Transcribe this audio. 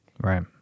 right